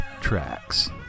tracks